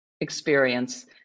experience